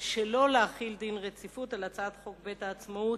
שלא להחיל דין רציפות על הצעת חוק בית-העצמאות,